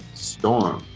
storm.